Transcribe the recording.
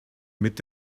mit